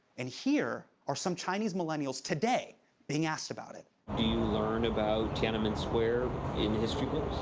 and here are some chinese millennials today being asked about it. do you learn about tiananmen square in history